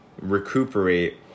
recuperate